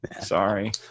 sorry